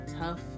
tough